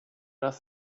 das